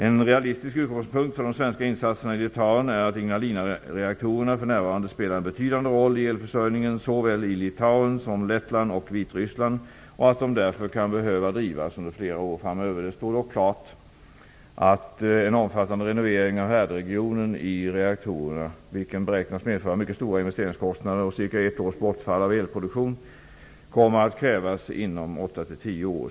En realistisk utgångspunkt för de svenska insatserna i Litauen är att Ignalinareaktorerna för närvarande spelar en betydande roll i elförsörjningen, såväl i Litauen som i Lettland och i Vitryssland, och att de därför kan behöva drivas under flera år framöver. Det stor dock klart att en omfattande renovering av härdregionen i reaktorerna, vilken beräknas medföra mycket stora investeringskostnader och ca ett års bortfall av elproduktionen, kommer att krävas inom 8--10 år.